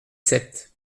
sept